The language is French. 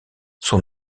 son